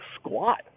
squat